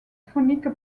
faunique